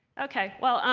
ok. well,